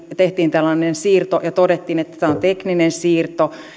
tehtiin tällainen siirto ja todettiin että tämä on tekninen siirto